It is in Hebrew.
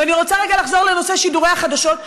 אני רוצה רגע לחזור לנושא שידורי החדשות,